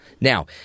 Now